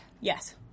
Yes